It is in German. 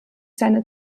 seine